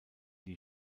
die